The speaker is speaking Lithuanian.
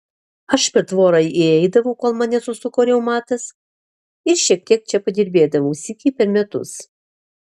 aš per tvorą įeidavau kol mane susuko reumatas ir šiek tiek čia padirbėdavau sykį per metus